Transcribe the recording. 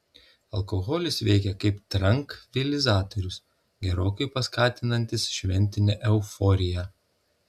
alkoholis veikia kaip trankvilizatorius gerokai paskatinantis šventinę euforiją